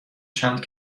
چند